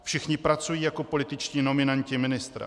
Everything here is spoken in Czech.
Všichni pracují jako političtí nominanti ministra.